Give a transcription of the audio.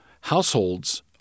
households